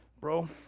bro